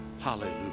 hallelujah